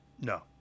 No